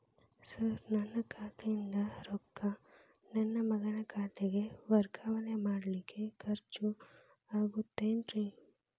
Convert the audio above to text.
Sir ನನ್ನ ಖಾತೆಯಿಂದ ರೊಕ್ಕ ನನ್ನ ಮಗನ ಖಾತೆಗೆ ವರ್ಗಾವಣೆ ಮಾಡಲಿಕ್ಕೆ ಖರ್ಚ್ ಆಗುತ್ತೇನ್ರಿ?